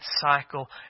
cycle